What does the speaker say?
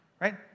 right